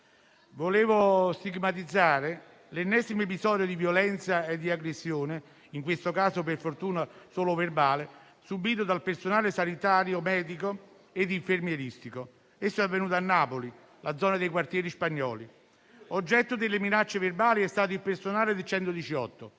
vorrei stigmatizzare l'ennesimo episodio di violenza e di aggressione - in questo caso per fortuna solo verbale - subìto dal personale sanitario medico e infermieristico, avvenuta a Napoli, nella zona dei Quartieri Spagnoli; oggetto delle minacce verbali è stato il personale del 118,